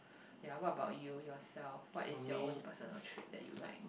ya what about you yourself what is your own personal trait that you like